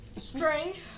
Strange